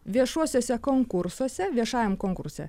viešuosiuose konkursuose viešajam konkurse